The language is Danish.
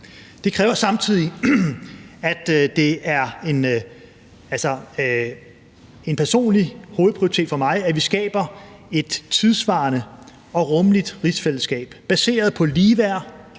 ikke råd til andet. Det er en personlig hovedprioritet for mig, at vi skaber et tidssvarende og rummeligt rigsfællesskabet baseret på ligeværd,